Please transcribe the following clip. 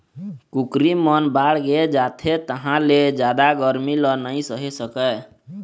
कुकरी मन बाड़गे जाथे तहाँ ले जादा गरमी ल नइ सहे सकय